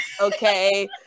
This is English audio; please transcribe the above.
okay